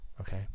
Okay